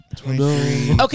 okay